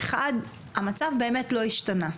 המצב באמת לא השתנה.